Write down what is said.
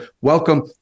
welcome